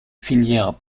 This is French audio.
filières